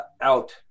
out